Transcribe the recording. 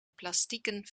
plastieken